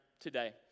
today